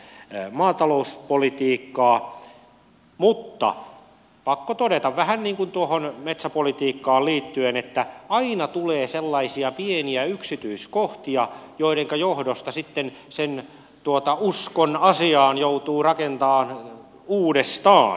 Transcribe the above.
mutta pakko todeta vähän niin kuin tuohon metsäpolitiikkaan liittyen että aina tulee sellaisia pieniä yksityiskohtia joidenka johdosta sitten sen uskon asiaan joutuu rakentamaan uudestaan